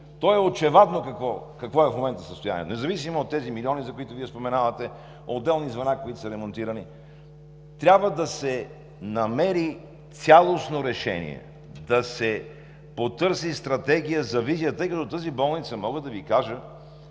то е очевадно какво е в момента състоянието, независимо от тези милиони, за които Вие споменавате – отделни звена, които са ремонтирани, трябва да се намери цялостно решение, да се потърси стратегия за визията, тъй като тази болница, мога да Ви кажа